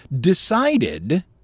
decided